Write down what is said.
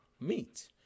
meat